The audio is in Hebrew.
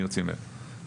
אני אוציא מייל ואבקש.